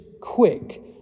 quick